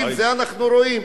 את זה אנחנו רואים.